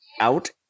out